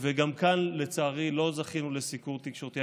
גם כאן, לצערי, לא זכינו לסיקור תקשורתי.